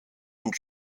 und